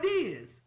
ideas